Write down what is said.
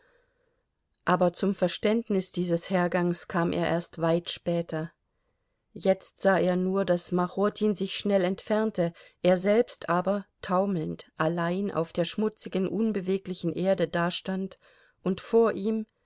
aber zum verständnis dieses herganges kam er erst weit später jetzt sah er nur daß machotin sich schnell entfernte er selbst aber taumelnd allein auf der schmutzigen unbeweglichen erde dastand und vor ihm